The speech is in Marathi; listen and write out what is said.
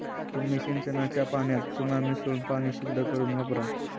तुम्ही सिंचनाच्या पाण्यात चुना मिसळून पाणी शुद्ध करुन वापरा